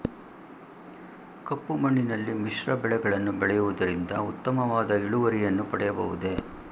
ಕಪ್ಪು ಮಣ್ಣಿನಲ್ಲಿ ಮಿಶ್ರ ಬೆಳೆಗಳನ್ನು ಬೆಳೆಯುವುದರಿಂದ ಉತ್ತಮವಾದ ಇಳುವರಿಯನ್ನು ಪಡೆಯಬಹುದೇ?